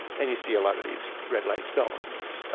and you see a lot of these red light zones.